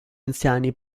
anziani